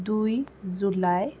দুই জুলাই